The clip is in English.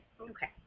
Okay